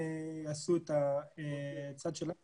ויעשו את הצד שלהם.